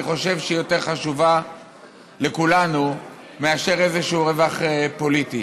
אני חושב שהיא יותר חשובה לכולנו מאשר איזשהו רווח פוליטי.